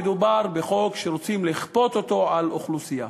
מדובר בחוק שרוצים לכפות אותו על אוכלוסייה,